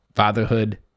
fatherhood